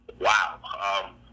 Wow